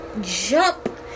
jump